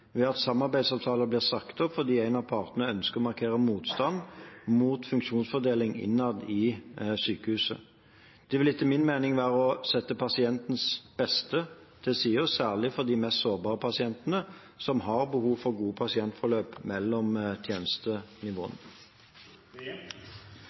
ved at samarbeidsavtaler blir sagt opp fordi en av partene ønsker å markere motstand mot funksjonsfordeling innad i sykehuset. Det vil etter min mening være å sette pasientenes beste til side – og særlig de mest sårbare pasientene, som har behov for gode pasientforløp mellom